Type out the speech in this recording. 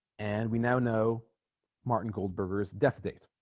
and we now know martin gold burgers death date